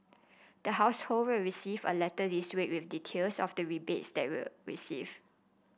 the household will receive a letter this week with details of the rebates they will receive